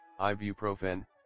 ibuprofen